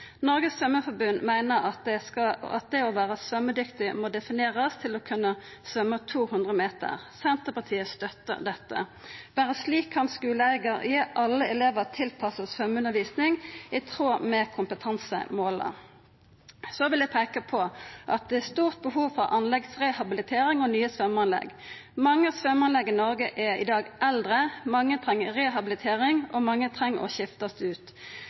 meiner at det å vera svømmedyktig må definerast til å kunna svømma 200 meter. Senterpartiet støttar dette. Berre slik kan skuleeigar gi alle elevar tilpassa svømmeundervisning, i tråd med kompetansemåla. Så vil eg peika på at det er stort behov for anleggsrehabilitering og nye svømmeanlegg. Mange svømmeanlegg i Noreg i dag er eldre, mange treng rehabilitering, og mange treng å verta skifta ut.